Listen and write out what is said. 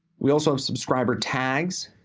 we also have subscriber tags.